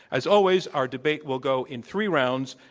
as always, our debate will go in three rounds.